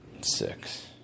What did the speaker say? Six